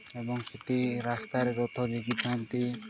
ଏବଂ ସେଇଠି ରାସ୍ତାରେ ରଥ ଝିକିଥାନ୍ତି